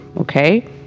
Okay